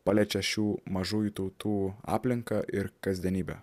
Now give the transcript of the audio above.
paliečia šių mažųjų tautų aplinką ir kasdienybę